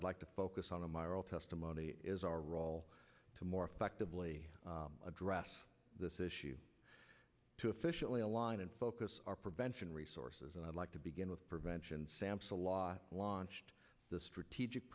i'd like to focus on in my oral testimony is our role to more effectively address this issue to officially align and focus our prevention resources and i'd like to begin with prevention samhsa law launched the strategic